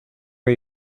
are